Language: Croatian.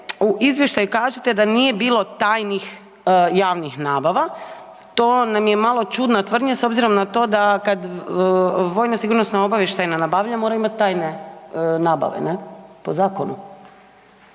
u izvještaju kažete da nije bilo tajnih javnih nabava. To nam je malo čudna tvrdnja s obzirom na to da kad vojna sigurno obavještajna nabavlja mora imat tajne nabave, ne, po zakonu